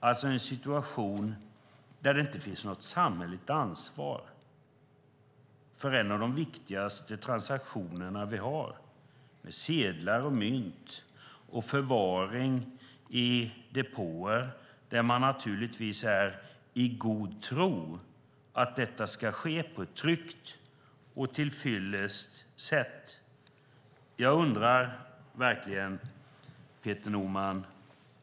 Vi har en situation där det inte finns något samhälleligt ansvar för en av de viktigaste transaktionerna vi har med sedlar och mynt och förvaring i depåer. Man tror naturligtvis att detta ska ske på ett sätt som är tryggt och till fyllest.